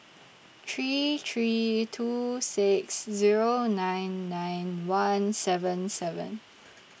three three two six Zero nine nine one seven seven